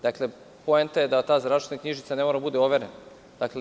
Dakle, poenta je da ta zdravstvena knjižica ne mora da bude overena.